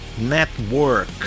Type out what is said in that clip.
network